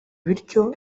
bityo